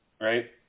right